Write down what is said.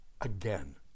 again